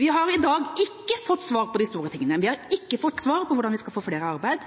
Vi har i dag ikke fått svar på de store tingene. Vi har ikke fått svar på hvordan vi skal få flere i arbeid,